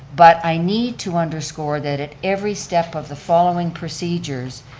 but i need to underscore that at every step of the following procedures,